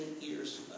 years